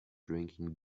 drinking